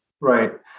Right